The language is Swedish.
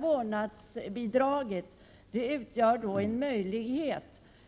Vårdnadsbidraget ger en möjlighet